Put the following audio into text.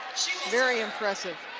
very impressive.